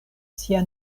sia